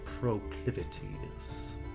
proclivities